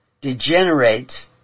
degenerates